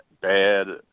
bad